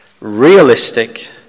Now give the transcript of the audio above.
realistic